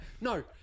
No